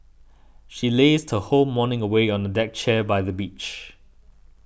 she lazed whole morning away on a deck chair by the beach